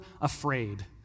afraid